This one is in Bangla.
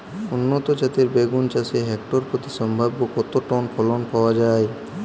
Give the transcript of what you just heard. উন্নত জাতের বেগুন চাষে হেক্টর প্রতি সম্ভাব্য কত টন ফলন পাওয়া যায়?